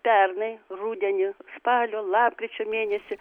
pernai rudenį spalio lapkričio mėnesį